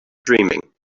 dreaming